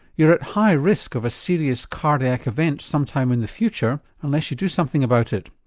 you're at high risk of a serious cardiac event sometime in the future unless you do something about it.